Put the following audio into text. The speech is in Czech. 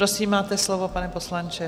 Prosím, máte slovo, pane poslanče.